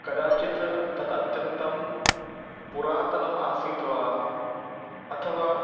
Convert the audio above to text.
कदाचित् तद् अत्यन्तं पुरातनम् आसीत् वा अथवा